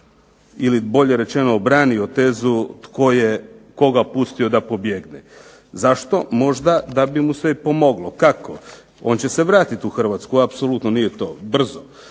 ili bolje rečeno obranio tezu, tko je koga pustio da pobjegne. Zašto? Možda da bi mu se pomoglo. Kako? On će se vratiti u Hrvatsku, apsolutno nije to sporno,